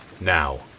Now